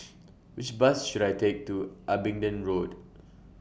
Which Bus should I Take to Abingdon Road